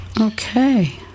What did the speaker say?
Okay